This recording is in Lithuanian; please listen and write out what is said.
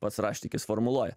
pats raštikis formuluoja